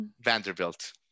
vanderbilt